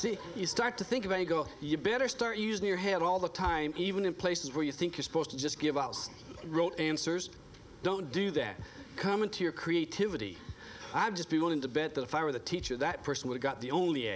see you start to think of a go you better start using your head all the time even in places where you think you supposed to just give us rote answers don't do that come into your creativity i would just be willing to bet that if i were the teacher that person would got the only